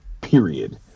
period